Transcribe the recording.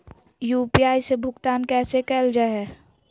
UPI से भुगतान कैसे कैल जहै?